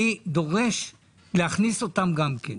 אני דורש להכניס אותם גם כן.